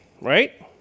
right